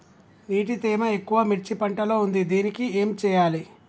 నీటి తేమ ఎక్కువ మిర్చి పంట లో ఉంది దీనికి ఏం చేయాలి?